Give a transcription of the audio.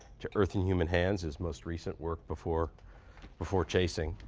to earth in human hands, his most recent work before before chasing,